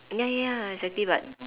ya ya ya exactly but